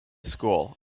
school